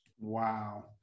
Wow